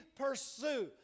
pursue